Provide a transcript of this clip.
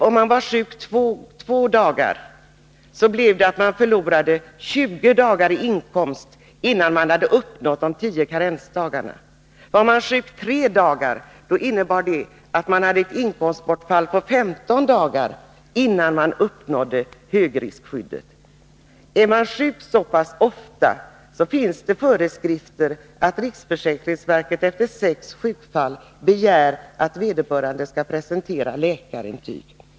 Om man är sjuk två dagar förlorar man 20 dagar i inkomst, innan man har uppnått de tio karensdagarna. Om man är sjuk tre dagar, innebär det att man har ett inkomstbortfall på 15 dagars inkomst, innan man uppnår högriskskyddet. Är man sjuk så pass ofta, finns det föreskrifter om att riksförsäkringsverket efter sex sjukfall måste begära att vederbörande skall presentera läkarintyg.